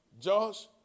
Josh